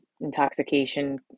intoxication